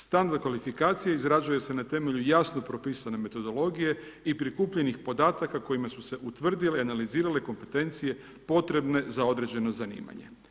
Standard kvalifikacije izrađuje se na temelju jasno propisane metodologije i prikupljenih podataka kojima se s utvrdile i analizirale kompetencije potrebne za određeno zanimanje.